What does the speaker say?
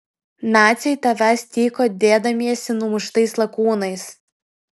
naciai tavęs tyko dėdamiesi numuštais lakūnais